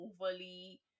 overly